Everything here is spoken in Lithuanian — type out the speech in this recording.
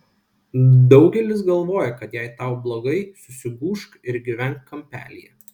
daugelis galvoja kad jei tau blogai susigūžk ir gyvenk kampelyje